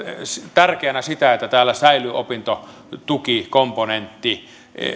tärkeänä sitä että täällä säilyy opintotukikomponentti